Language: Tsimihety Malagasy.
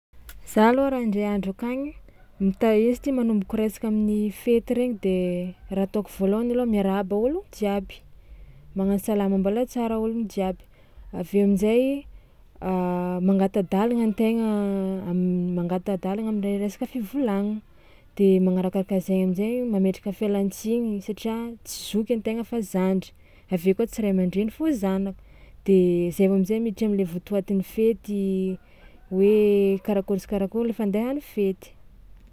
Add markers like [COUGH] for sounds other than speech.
[NOISE] Za alôha raha ndray andro akagny mita- ino izy ty manomboko resaka amin'ny fety regny de raha ataoko voalôhany alôha miarahaba ôlogno jiaby, magnano salama mbôla tsara ôlogno jiaby, avy eo amin-jay [HESITATION] mangata-dàlagna an-tegna am- mangata-dàlagna am're- resaka fivolagnana de magnarakaraka zay amin-jay mametraka fialan-tsiny satria tsy zoky an-tegna fa zandry avy eo koa tsy ray aman-dreny fô zanaka de zay am'zay miditry am'le votoatin'le fety hoe karakôry sy karakôry le fandehan'ny fety.